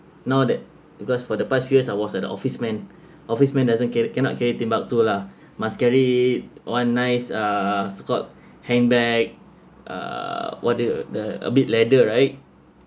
now that because for the past few years I was an office man office man doesn't carr~ cannot carry timbuktu lah must carry one nice uh so called handbag uh what do you the a bit leather right